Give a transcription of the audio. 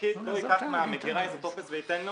הפקיד לא ייקח מהמגירה את הטופס מהמגירה וייתן לו,